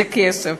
זה כסף.